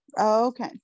Okay